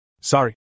Sorry